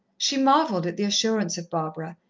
she marvelled at the assurance of barbara,